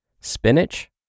Spinach